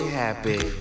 happy